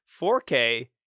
4K